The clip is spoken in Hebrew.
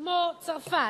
כמו צרפת,